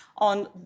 on